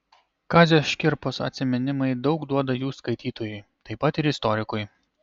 kazio škirpos atsiminimai daug duoda jų skaitytojui taip pat ir istorikui